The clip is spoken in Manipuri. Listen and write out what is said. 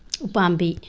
ꯎꯄꯥꯝꯕꯤ